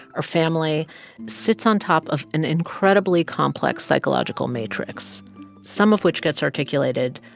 our family sits on top of an incredibly complex psychological matrix some of which gets articulated,